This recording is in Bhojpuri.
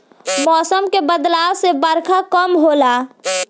मौसम के बदलाव से बरखा कम होला